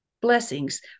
blessings